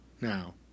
now